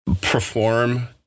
perform